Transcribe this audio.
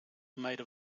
made